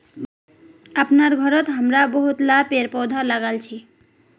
अपनार घरत हमरा बहुतला पेड़ पौधा लगाल छि